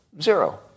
Zero